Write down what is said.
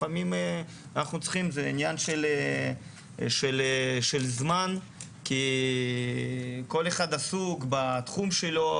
לפעמים זה עניין של זמן כי כל אחד עסוק בתחום שלו,